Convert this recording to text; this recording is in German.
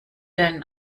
dein